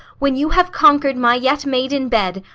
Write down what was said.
when you have conquer'd my yet maiden bed,